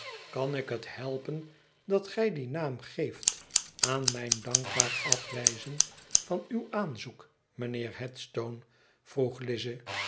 kan ik het helpen dat gij dien naam geeft aan mijn dankbaar afwijzen van uw aanzoek